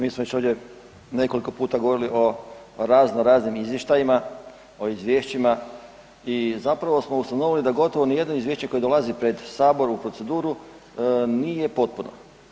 Mi smo već ovdje nekoliko puta govorili o raznoraznim izvještajima, o izvješćima i zapravo smo ustanovili da gotovo nijedno izvješće koje dolazi pred Sabor u proceduru nije potpuno.